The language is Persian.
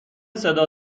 صدا